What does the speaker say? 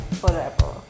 forever